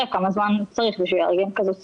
כמה זמן הוא צריך בשביל לארגן כזו שיחה.